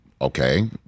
okay